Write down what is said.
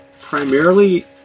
primarily